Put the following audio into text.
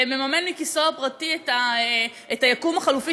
שמממן מכיסו הפרטי את היקום החלופי